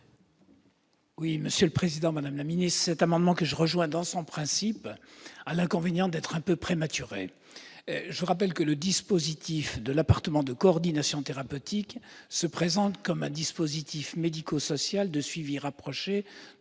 commission ? Le dispositif de cet amendement, que je rejoins dans son principe, a l'inconvénient d'être un peu prématuré. Je le rappelle, le dispositif de l'appartement de coordination thérapeutique se présente comme un dispositif médico-social de suivi rapproché